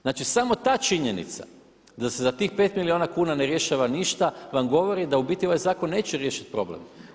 Znači samo ta činjenica da se za tih 5 milijuna kuna ne rješava ništa vam govori da u biti ovaj zakon neće riješiti problem.